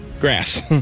grass